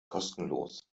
kostenlos